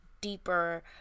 deeper